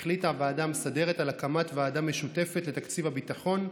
החליטה הוועדה המסדרת על הקמת ועדה משותפת לתקציב הביטחון,